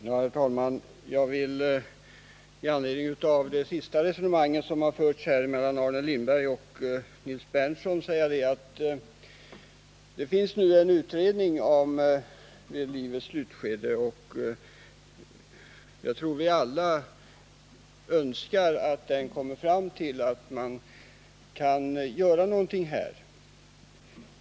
Herr talman! Jag vill i anledning av det sista resonemanget mellan Arne Lindberg och Nils Berndtson säga att det pågår en utredning om sjukvård i livets slutskede. Jag tror att vi alla önskar att den kommer fram till att man kan göra någonting på detta område.